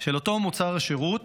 של אותו מוצר או שירות